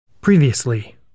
Previously